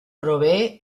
provee